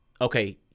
okay